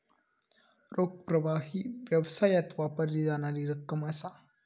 रोख प्रवाह ही व्यवसायात वापरली जाणारी रक्कम असा